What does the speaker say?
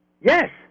Yes